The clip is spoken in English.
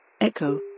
Echo